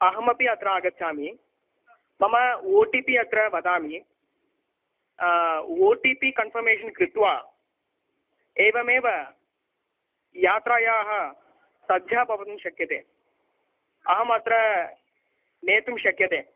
अहमपि अत्र आगच्छामि मम ओ टि पि अत्र वदामि O T P O T P confirmation कृत्वा एवमेव यात्रायाः सद्यः भवितुं शक्यते अहमत्र नेतुं शक्ये